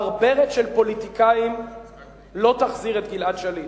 ברברת של פוליטיקאים לא תחזיר את גלעד שליט.